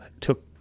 took